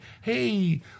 hey